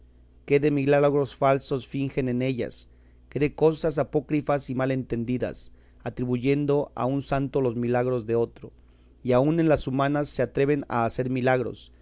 qué de milagros falsos fingen en ellas qué de cosas apócrifas y mal entendidas atribuyendo a un santo los milagros de otro y aun en las humanas se atreven a hacer milagros